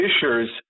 fishers